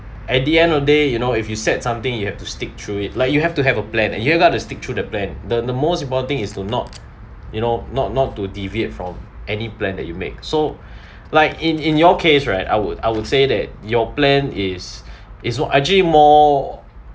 at the end of the day you know if you set something you have to stick through it like you have to have a plan and you've got to stick to the plan the the most important thing is to not you know not not to deviate from any plan that you make so like in in your case right I would I would say that your plan is is more actually more